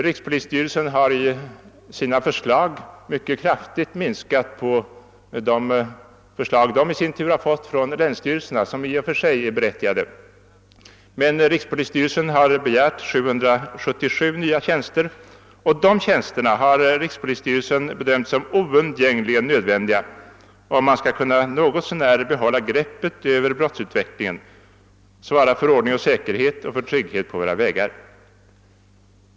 Rikspolisstyrelsen har i sina förslag mycket kraftigt minskat på de förslag som rikspolisstyrelsen i sin tur fått från länsstyrelserna — förslag som i och för sig är berättigade. Men rikspolisstyrelsen har begärt 777 nya tjänster. Dessa har rikspolisstyrelsen bedömt som oundgängligen nödvändiga om man skall kunna något så när behålla greppet över brottsutvecklingen, svara för ordning och säkerhet och svara för trygghet på våra vägar.